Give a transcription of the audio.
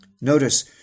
Notice